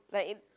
like in